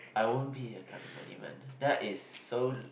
I won't be a Karang-Guni man that is so l~